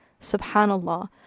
Subhanallah